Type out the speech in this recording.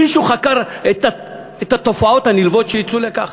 מישהו חקר את התופעות הנלוות שיצאו מכך?